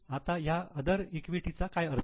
आता ह्या आदर इक्विटी चा काय अर्थ